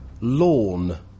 Lawn